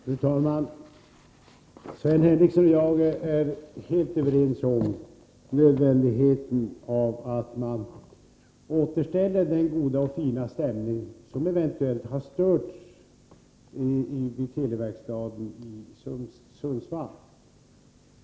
Fru talman! Sven Henricsson och jag är helt överens om nödvändigheten av att återställa den goda och fina stämning som eventuellt har störts vid Teli-verkstaden i Sundsvall.